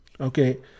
Okay